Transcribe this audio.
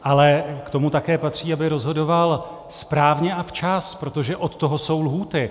Ale k tomu také patří, aby rozhodoval správně a včas, protože od toho jsou lhůty.